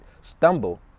stumble